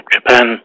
Japan